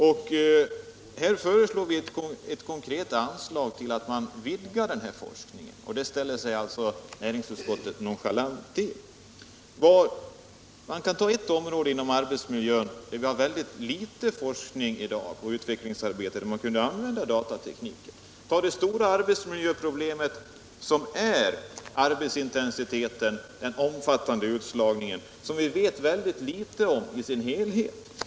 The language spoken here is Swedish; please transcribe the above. Vi föreslår konkret ett anslag för att man skall kunna vidga den här forskningen, men till detta ställer sig utskottet nonchalant. Man kan nämna som exempel ett område inom arbetsmiljön där vi i dag har väldigt litet forskningsoch utvecklingsarbete och där man skulle kunna använda datatekniken, nämligen det stora arbetsmiljöproblem som skapas av arbetsintensiteten och den omfattande utslagningen och som vi vet mycket litet om i dess helhet.